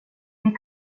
tar